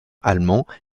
allemand